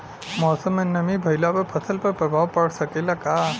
मौसम में नमी भइला पर फसल पर प्रभाव पड़ सकेला का?